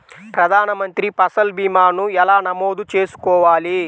ప్రధాన మంత్రి పసల్ భీమాను ఎలా నమోదు చేసుకోవాలి?